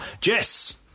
Jess